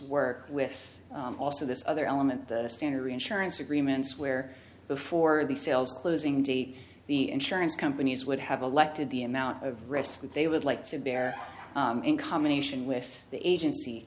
work with also this other element the standard reinsurance agreements where before the sales closing the insurance companies would have elected the amount of risk that they would like to bear in combination with the agency